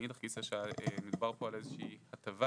ומאידך גיסא שמדובר פה על איזושהי הטבה